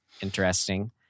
interesting